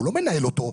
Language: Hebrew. הוא לא מנהל אותו,